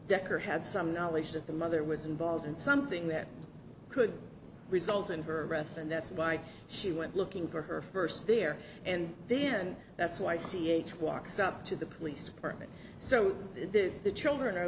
dekker had some knowledge that the mother was involved in something that could result in her breast and that's why she went looking for her first there and then that's why c h walks up to the police department so the the children are